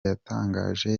yatangaje